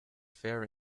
fair